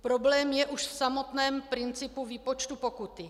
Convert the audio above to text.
Problém je už v samotném principu výpočtu pokuty.